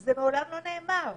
זה מעולם לא נאמר.